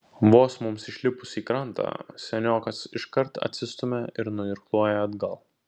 vos mums išlipus į krantą seniokas iškart atsistumia ir nuirkluoja atgal